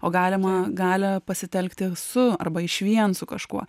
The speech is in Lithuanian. o galima galią pasitelkti su arba išvien su kažkuo